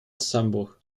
zusammenbruch